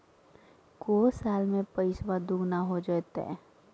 को साल में पैसबा दुगना हो जयते?